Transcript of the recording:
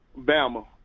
Bama